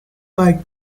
like